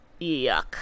yuck